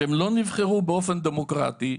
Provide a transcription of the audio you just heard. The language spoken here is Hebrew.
שלא נבחרו באופן דמוקרטי,